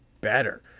better